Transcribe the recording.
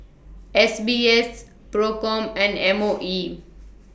S B S PROCOM and M O E